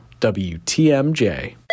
WTMJ